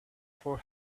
for